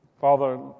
Father